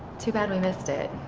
too bad we missed it.